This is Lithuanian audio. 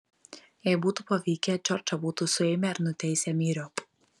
jei būtų pavykę džordžą būtų suėmę ir nuteisę myriop